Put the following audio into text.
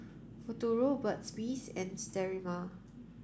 Futuro Burt's bee and Sterimar